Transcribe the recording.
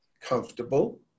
comfortable